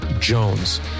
Jones